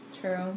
True